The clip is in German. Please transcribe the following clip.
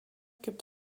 gibt